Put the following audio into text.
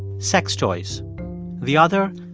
sex toys the other,